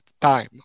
time